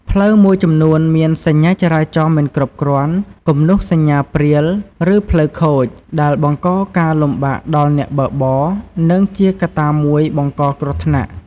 ផ្លូវមួយចំនួនមាន សញ្ញាចរាចរណ៍មិនគ្រប់គ្រាន់ គំនូសសញ្ញាព្រាល ឬផ្លូវខូច ដែលបង្កការលំបាកដល់អ្នកបើកបរ និងជាកត្តាមួយបង្កគ្រោះថ្នាក់។